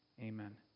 Amen